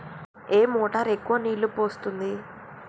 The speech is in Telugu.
ఏ మోటార్ ఎక్కువ నీళ్లు పోస్తుంది?